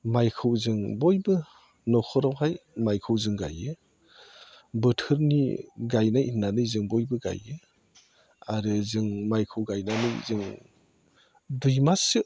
माइखौ जों बयबो न'खरावहाय जों माइखौ जों गायो बोथोरनि गायनाय होननानै जों बयबो गायो आरो जों माइखौ गायनानै जों दुइ माससो